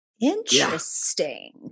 Interesting